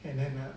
and then uh